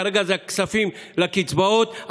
כרגע זה הכספים לקצבאות,